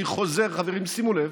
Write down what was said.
אני חוזר, חברים, שימו לב: